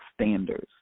standards